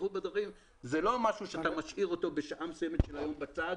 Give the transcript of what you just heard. זהירות בדרכים זה לא משהו שאתה משאיר אותו בשעה מסוימת של היום בצד